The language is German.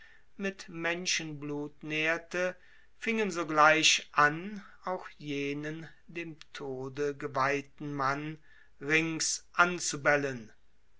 mit menschenblut nährte fingen sogleich an auch jenen dem tode geweihten mann rings anzubellen